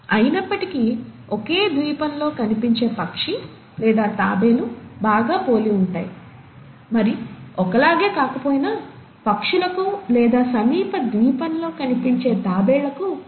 అయినప్పటికీ ఒకే ద్వీపంలో కనిపించే పక్షి లేదా తాబేలు బాగా పోలి ఉంటాయి మరి ఒకలాగే కాకపోయినా పక్షులకు లేదా సమీప ద్వీపంలో కనిపించే తాబేళ్లకు చాలా పోలికలు ఉంటాయి